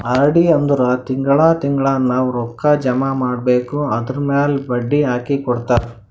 RD ಅಂದುರ್ ತಿಂಗಳಾ ತಿಂಗಳಾ ನಾವ್ ರೊಕ್ಕಾ ಜಮಾ ಮಾಡ್ಬೇಕ್ ಅದುರ್ಮ್ಯಾಲ್ ಬಡ್ಡಿ ಹಾಕಿ ಕೊಡ್ತಾರ್